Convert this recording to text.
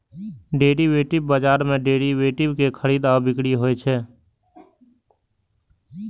derivative बाजार मे derivative के खरीद आ बिक्री होइ छै